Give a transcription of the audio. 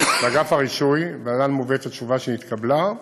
ולהלן התשובה שנתקבלה: